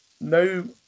no